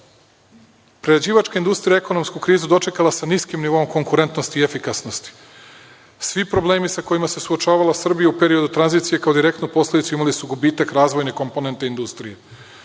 Sada. Prerađivačka industrija ekonomsku krizu dočekala je sa niskim nivoom konkurentnosti i efikasnosti. Svi problemi sa kojima se suočavala Srbija u periodu tranzicije kao direktnu posledicu imali su gubitak razvojne komponente industrije.